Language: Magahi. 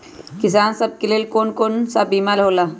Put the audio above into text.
किसान सब के लेल कौन कौन सा बीमा होला?